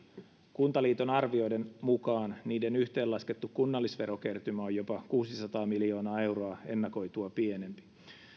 kuntaliiton arvioiden mukaan niiden yhteenlaskettu kunnallisverokertymä on jopa kuusisataa miljoonaa euroa ennakoitua pienempi